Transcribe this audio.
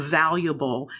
valuable